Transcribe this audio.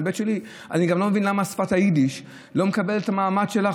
מההיבט שלי: אני גם לא מבין למה שפת היידיש לא מקבלת את המעמד שלה,